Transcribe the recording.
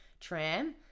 Tram